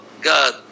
God